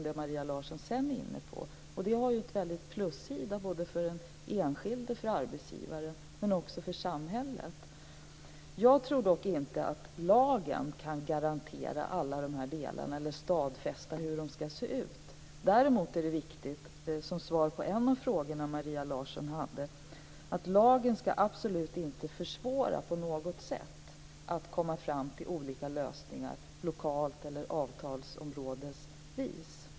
Detta har en plussida för både den enskilde och för arbetsgivaren, men också för samhället. Jag tror dock inte att lagen kan garantera alla de här delarna eller stadfästa hur de ska se ut. Däremot är det viktigt - och jag säger det som svar på en av Maria Larssons frågor - att lagen inte på något sätt försvårar att man kommer fram till olika lösningar lokalt eller avtalsområdesvis.